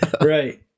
Right